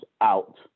out